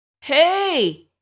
Hey